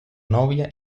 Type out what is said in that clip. novia